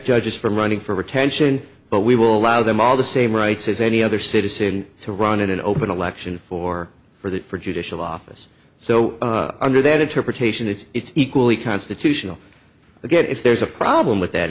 judges from running for retention but we will allow them all the same rights as any other citizen to run in an open election for for the for judicial office so under that interpretation it's equally constitutional to get if there's a problem with that